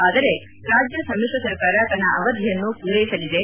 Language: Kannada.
ಆದರೆ ರಾಜ್ಯ ಸಮಿತ್ರ ಸರ್ಕಾರ ತನ್ನ ಅವಧಿಯನ್ನು ಪೂರೈಸಲಿದೆ